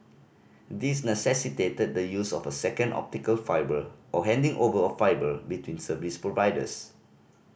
these necessitated the use of a second optical fibre or handing over of fibre between service providers